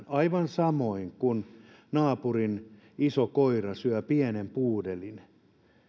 aivan samoin kuin jos naapurin iso koira syö pienen puudelin